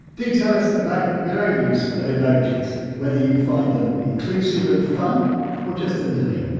do tell us about your own use of emojis, whether you find them inclusive and fun or just annoying.